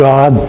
God